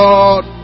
Lord